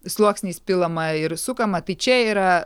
sluoksniais pilama ir sukama tai čia yra